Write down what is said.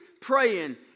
praying